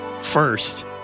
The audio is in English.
First